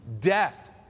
Death